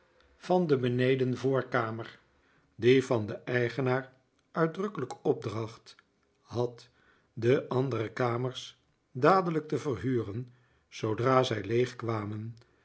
van de benedenvoorkamer die van den eigenaar uitdrukkelijke opdracht had de andere kamers dadelijk te verhuren zoodra zij leeg